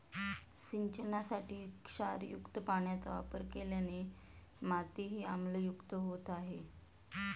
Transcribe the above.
सिंचनासाठी क्षारयुक्त पाण्याचा वापर केल्याने मातीही आम्लयुक्त होत आहे